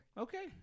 Okay